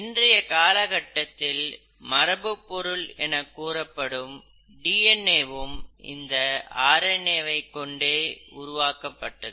இன்றைய காலகட்டத்தில் மரபுப் பொருள் எனக்கூறப்படும் டி என் ஏ உம் இந்த ஆர் என் ஏ வை கொண்டே உருவாக்கப்பட்டது